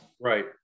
right